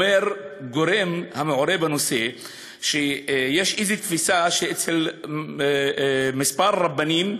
אומר גורם המעורה בנושא שיש תפיסה אצל כמה רבנים,